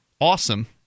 awesome